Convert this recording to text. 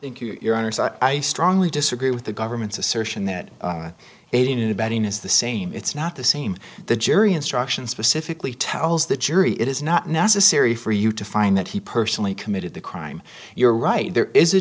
think you're on i strongly disagree with the government's assertion that aiding and abetting is the same it's not the same the jury instructions specifically tells the jury it is not necessary for you to find that he personally committed the crime you're right there is a